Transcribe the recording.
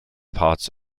parts